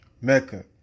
Mecca